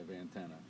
antenna